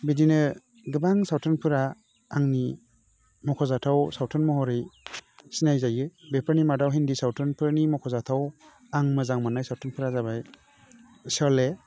बिदिनो गोबां सावथुनफोरा आंनि मख'जाथाव सावथुन महरै सिनाय जायो बेफोरनि मादाव हिन्दी सावथुनफोरनि मख'जाथाव आं मोजां मोन्नाय सावथुनफोरा जाबाय शले